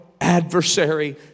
adversary